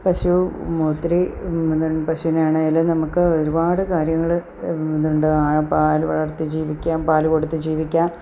പശു ഒത്തിരി എന്താണ് പശുവിനെ ആണെങ്കിലും നമുക്ക് ഒരുപാട് കാര്യങ്ങൾ ഇതുണ്ട് പാല് വളർത്തി ജീവിക്കാം പാല് കൊടുത്ത് ജീവിക്കാം